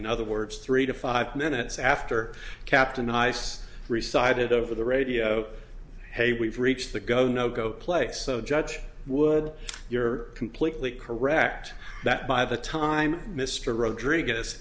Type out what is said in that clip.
in other words three to five minutes after captain ice resized it over the radio hey we've reached the go no go place so judge would you're completely correct that by the time mr rodriguez